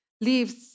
leaves